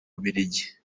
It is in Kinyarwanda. bubiligi